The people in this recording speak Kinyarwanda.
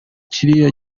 kiriya